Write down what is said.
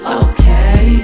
okay